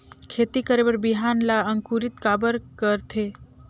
खेती करे बर बिहान ला अंकुरित काबर करथे?